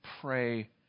pray